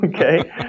okay